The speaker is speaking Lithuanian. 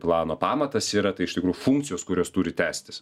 plano pamatas yra tai iš tikrųjų funkcijos kurios turi tęstis